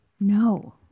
No